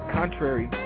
contrary